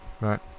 Right